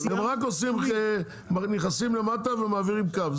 הם רק נכנסים לטה ומעבירים קו.